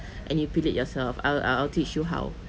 and you peel it yourself I'll I'll I'll teach you how